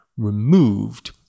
Removed